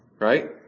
Right